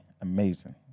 Amazing